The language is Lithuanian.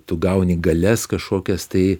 tu gauni galias kažkokias tai